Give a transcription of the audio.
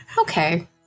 Okay